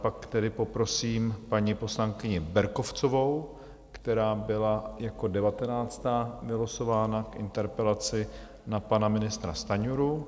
Pak tedy poprosím paní poslankyni Berkovcovou, která byla jako devatenáctá vylosována k interpelaci na pana ministra Stanjuru.